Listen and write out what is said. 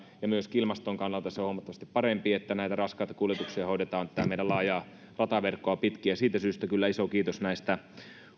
ja myöskin ilmaston kannalta on huomattavasti parempi että näitä raskaita kuljetuksia hoidetaan tätä meidän laajaa rataverkkoamme pitkin ja siitä syystä kyllä iso kiitos näistä